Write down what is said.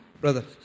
Brother